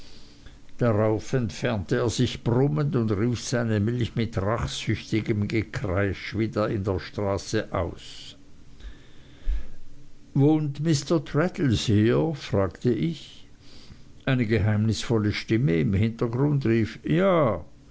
darauf entfernte er sich brummend und rief seine milch mit rachsüchtigem gekreisch weiter in der straße aus wohnt mr traddles hier fragte ich eine geheimnisvolle stimme im hintergrunde rief ja